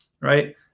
right